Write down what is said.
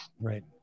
Right